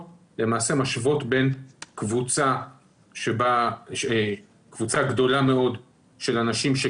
למעשה משוות בין קבוצה גדולה מאוד של אנשים,